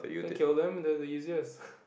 can kill them they the easiest